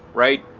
right?